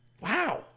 wow